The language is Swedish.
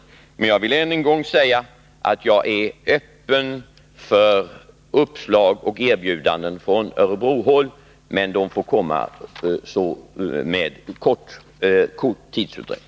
Än en gång vill jag säga att jag är öppen för uppslag och erbjudanden från Örebrohåll, men de måste komma med kort tidsutdräkt.